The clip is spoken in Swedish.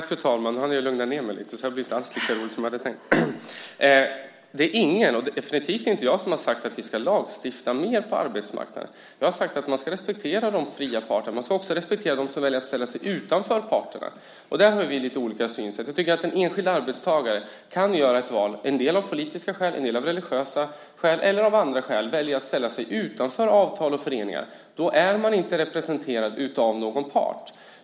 Fru talman! Det är ingen - och definitivt inte jag - som har sagt att vi ska lagstifta mer på arbetsmarknaden. Jag har sagt att man ska respektera de fria parterna. Man ska också respektera dem som väljer att ställa sig utanför parterna. Där har vi lite olika synsätt. Vi tycker att en enskild arbetstagare kan göra ett val. En del väljer av politiska skäl, av religiösa skäl eller av andra skäl att ställa sig utanför avtal och föreningar. Då är man inte representerad av någon part.